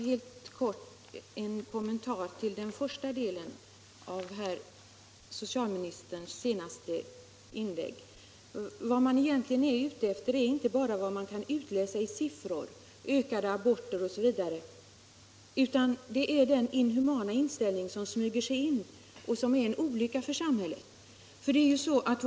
Herr talman! Bara helt kort en kommentar till den första delen av herr socialministerns senaste inlägg. Vad man egentligen är ute efter är inte bara vad som kan utläsas i siffror för ökade aborter osv., utan Om åtgärder för att det är den inhumana inställning som smyger sig in och som är en olycka vidmakthålla balansen på arbetsmarknaden i Norrköpingsregionen för samhället.